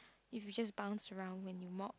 if you just bounce around when you mop